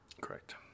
Correct